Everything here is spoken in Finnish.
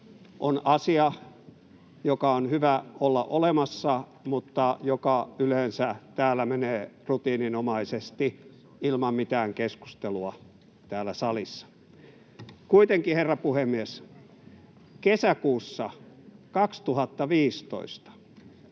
on asia, joka on hyvä olla olemassa mutta joka yleensä menee rutiininomaisesti ilman mitään keskustelua täällä salissa. Kuitenkin, herra puhemies, kesäkuussa 2015